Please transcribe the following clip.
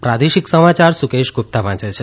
પ્રાદેશિક સમાચાર સુકેશ ગુપ્તા વાંચે છે